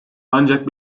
ancak